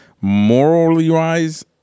Morally-wise